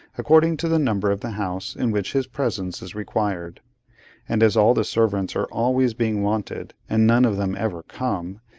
according to the number of the house in which his presence is required and as all the servants are always being wanted, and none of them ever come,